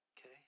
Okay